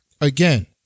Again